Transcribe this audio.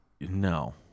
No